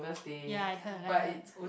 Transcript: ya I heard I heard